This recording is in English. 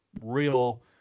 real